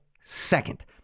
Second